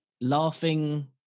laughing